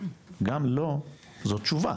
גם לא זו תשובה.